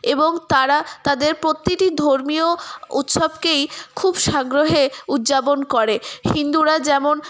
এবং তারা তাদের প্রতিটি ধর্মীয় উৎসবকেই খুব সাগ্রহে উদযাপন করে হিন্দুরা যেমন